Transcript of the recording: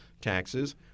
taxes